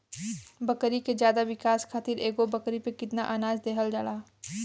बकरी के ज्यादा विकास खातिर एगो बकरी पे कितना अनाज देहल जाला?